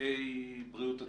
רופאי בריאות הציבור.